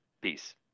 Peace